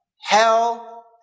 Hell